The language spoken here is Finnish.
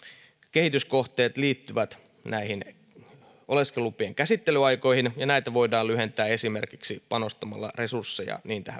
kehityskohteet liittyvät oleskelulupien käsittelyaikoihin ja näitä voidaan lyhentää esimerkiksi panostamalla resursseja